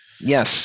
yes